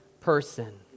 person